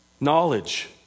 knowledge